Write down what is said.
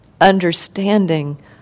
understanding